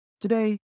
Today